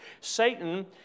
Satan